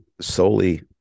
solely